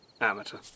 amateur